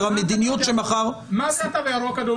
מה זה תו הירוק?